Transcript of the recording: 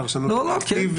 פרשנות פרואקטיבית,